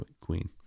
queen